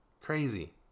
crazy